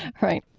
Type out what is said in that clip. right.